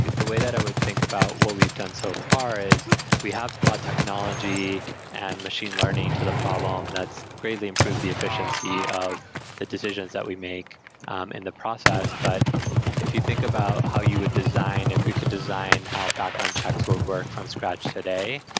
the way that i would think about what we've done so far is we have brought technology and machine learning to the problem that's greatly improve the efficiency of the decisions that we make um in the process. but if you think about how you would design, if you could design help background checks will work from scratch today,